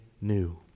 new